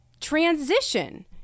transition